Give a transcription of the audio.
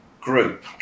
group